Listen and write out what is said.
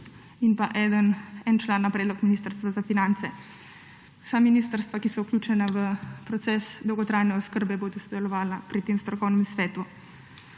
in en član na predlog ministrstva za finance. Vsa ministrstva, ki so vključena v proces dolgotrajne oskrbe, bodo sodelovala pri tem strokovnem svetu.